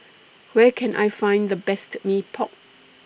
Where Can I Find The Best Mee Pok